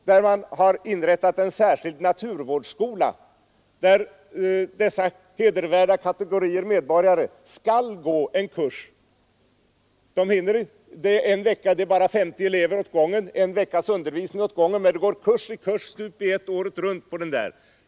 Man har där inrättat en särskild naturvårdsskola, där dessa hedervärda kategorier medborgare skall gå en kurs. Kursen varar en vecka och man har femtio elever åt gången, men det är kurs på kurs stup i ett på den här skolan.